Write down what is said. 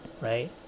right